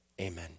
Amen